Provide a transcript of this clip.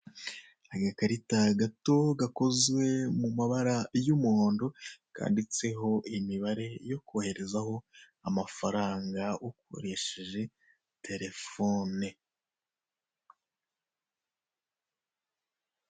Agakarita gato gakozwe mu mabara y'umuhondo, kanditseho imibare yo koherezaho amafaranga ukoresheje telefone.